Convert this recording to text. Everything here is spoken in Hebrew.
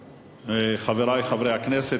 חברי חברי הכנסת,